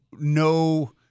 no